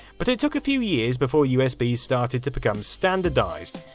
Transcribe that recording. but it took a few years before usb started to become standardised.